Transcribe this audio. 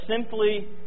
simply